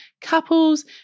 couples